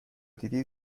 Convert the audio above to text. دیدی